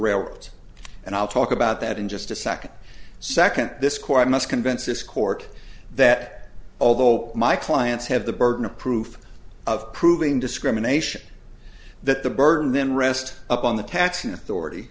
railroad and i'll talk about that in just a second second this court must convince this court that although my clients have the burden of proof of proving discrimination that the burden then rest upon the taxing